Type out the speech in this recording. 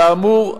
כאמור,